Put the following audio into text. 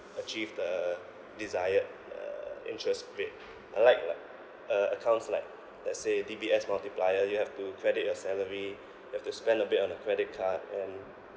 achieve the desired uh interest rate unlike like uh accounts like let's say D_B_S multiplier you have to credit your salary you've to spend a bit on a credit card and